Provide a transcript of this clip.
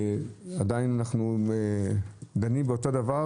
עדיין אנחנו דנים באותו דבר,